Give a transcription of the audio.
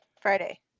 Friday